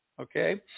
okay